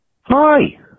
Hi